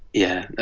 yeah,